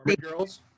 girls